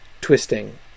twisting